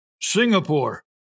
Singapore